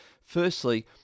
firstly